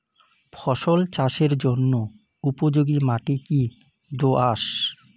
ফসল চাষের জন্য উপযোগি মাটি কী দোআঁশ?